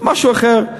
או משהו אחר.